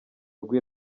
rw’i